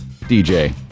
DJ